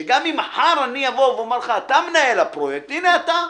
שגם אם מחר אומר לך: אתה מנהל הפרויקט, הנה, אתה,